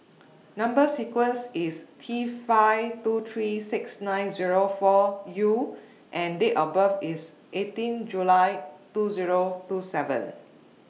Number sequence IS T five two three six nine Zero four U and Date of birth IS eighteen July two Zero two seven